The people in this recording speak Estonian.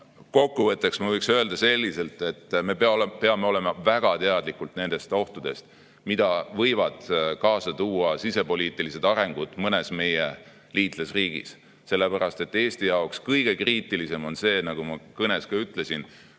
kokkuvõtteks võiks öelda selliselt, et me peame olema väga teadlikud nendest ohtudest, mida võib kaasa tuua sisepoliitiline areng mõnes meie liitlasriigis. Sellepärast et Eesti jaoks on kõige kriitilisem see, nagu ma ka oma kõnes ütlesin,